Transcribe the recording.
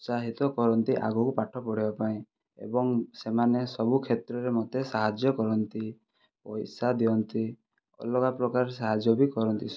ଉତ୍ସାହିତ କରନ୍ତି ଆଗକୁ ପାଠ ପଢ଼ିବା ପାଇଁ ଏବଂ ସେମାନେ ସବୁ କ୍ଷେତ୍ରରେ ମୋତେ ସାହାଯ୍ୟ କରନ୍ତି ପଇସା ଦିଅନ୍ତି ଅଲଗା ପ୍ରକାର ସାହାଯ୍ୟ ବି କରନ୍ତି